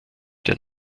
der